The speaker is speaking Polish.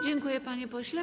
Dziękuję, panie pośle.